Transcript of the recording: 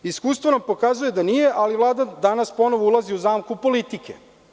Iskustvo nam pokazuje da nije, ali Vlada danas ponovo ulazi u zamku politike.